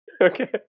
Okay